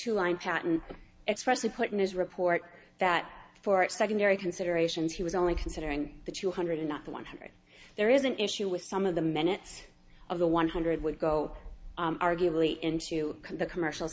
you line patent expressly put in his report that for secondary considerations he was only considering the two hundred not the one hundred there is an issue with some of the minutes of the one hundred would go arguably into the commercial